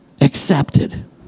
accepted